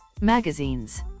magazines